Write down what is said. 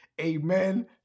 amen